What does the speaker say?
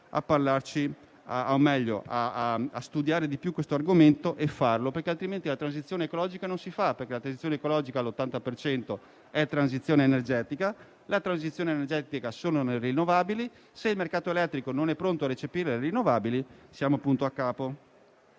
a studiare di più questo argomento, perché altrimenti la transizione ecologica non si fa. La transizione ecologica per l'80 per cento è transizione energetica e la transizione energetica sono le rinnovabili; se il mercato elettrico non è pronto a recepire le rinnovabili, siamo punto e a capo.